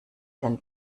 den